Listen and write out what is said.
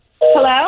Hello